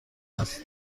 است